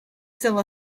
still